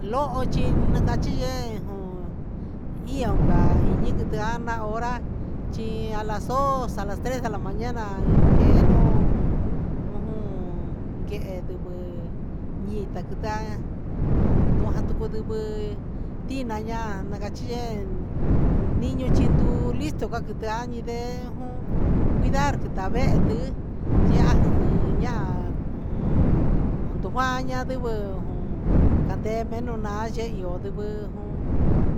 Loho chi na cachi in yee jeen iyo ndaa ii ndaa hora chi a las dos a las tres de la maana ni quee un quehe ndiguɨ i tinaa a na cachi yee niu chi ndulistu cua ndee juun cuidar chata vehe ti yaha jihna ahan nduvaha andigui ta ndeve nunaan cha iyo ndigui